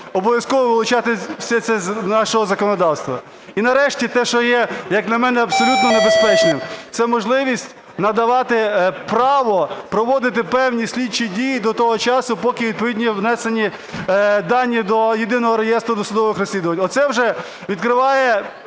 обов'язково вилучати все це з нашого законодавства. І нарешті те, що є, як на мене, абсолютно небезпечним, – це можливість надавати право проводити певні слідчі дії до того часу, поки відповідні не внесені дані до Єдиного реєстру досудових розслідувань. Оце вже відкриває